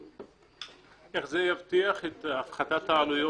איך זה יבטיח את הפחתת העלויות,